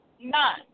none